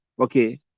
Okay